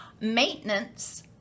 maintenance